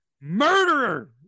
Murderer